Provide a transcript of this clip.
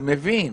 אני מבין.